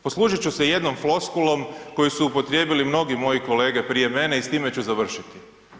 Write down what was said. Poslužit ću se jednom floskulom koju su upotrijebili mnogi moje kolege prije mene i s time ću završiti.